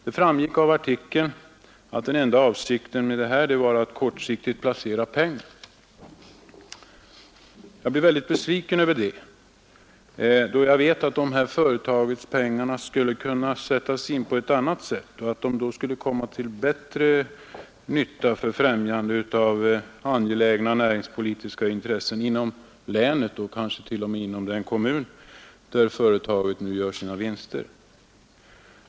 Det framgick av artikeln att den enda avsikten med detta var att kortsiktigt placera pengar. Jag blev väldigt besviken över det, då jag vet att detta företags pengar skulle kunna sättas in på ett annat sätt och att de då skulle komma till större nytta för främjande av angelägna näringspolitiska intressen inom länet och kanske t.o.m. inom den kommun där företaget nu gör sina vinster.